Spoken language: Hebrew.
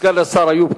סגן השר איוב קרא.